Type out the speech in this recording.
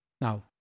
now